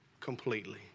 completely